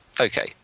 okay